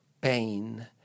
pain